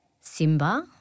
Simba